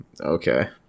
Okay